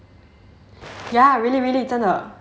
ya really really 真的